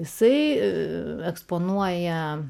jisai eksponuoja